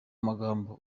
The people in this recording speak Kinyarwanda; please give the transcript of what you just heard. amagambo